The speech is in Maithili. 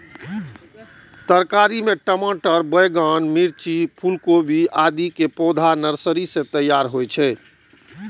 तरकारी मे टमाटर, बैंगन, मिर्च, फूलगोभी, आदिक पौधा नर्सरी मे तैयार होइ छै